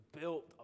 built